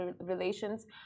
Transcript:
relations